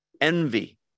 envy